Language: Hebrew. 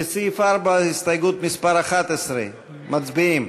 לסעיף 4, הסתייגות מס' 11. מצביעים.